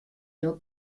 dat